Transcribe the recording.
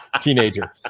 teenager